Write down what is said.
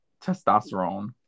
testosterone